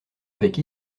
avec